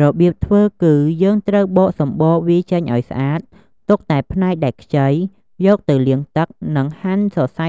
របៀបធ្វើគឺ យើងត្រូវបកសំបកវាចេញឱ្យស្អាត ទុកតែផ្នែកដែលខ្ចី យកទៅលាងទឹក និងហាន់សរសៃ